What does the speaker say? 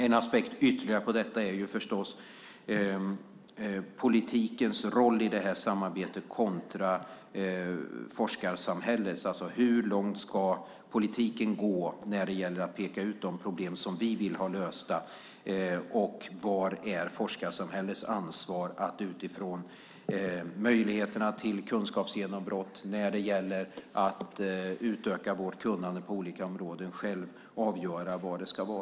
En ytterligare aspekt på detta är förstås politikens roll i samarbetet kontra forskarsamhället. Hur långt ska politiken gå i att peka ut de problem som vi vill ha lösta och vad är forskarsamhällets ansvar att själv avgöra vad det ska vara utifrån möjligheterna till kunskapsgenombrott och möjligheterna att öka vårt kunnande på olika områden?